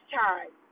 time